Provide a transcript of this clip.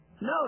No